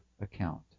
account